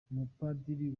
mupadiri